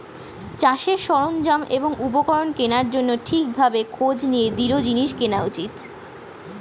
চাষের সরঞ্জাম এবং উপকরণ কেনার জন্যে ঠিক ভাবে খোঁজ নিয়ে দৃঢ় জিনিস কেনা উচিত